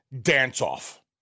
dance-off